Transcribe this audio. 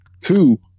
Two